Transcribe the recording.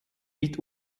mit